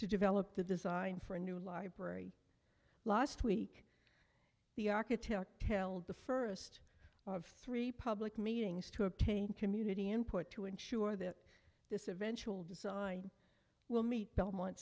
to develop the design for a new library last week the architect tell the st of three public meetings to a community input to ensure that this eventual design will meet belmont